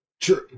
True